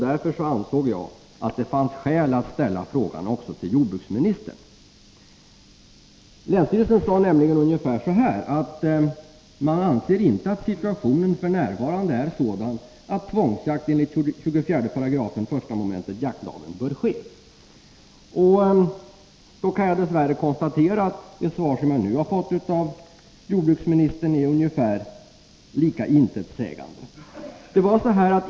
Därför ansåg jag att det fanns skäl att ställa frågan även till jordbruksministern. Länsstyrelsen förklarade att den inte anser att ”situationen f. n. är sådan att tvångsjakt enligt 24 § 1 mom. jaktlagen bör ske”. Jag kan dess värre konstatera att det svar som jag nu har fått av jordbruksministern är ungefär lika intetsägande.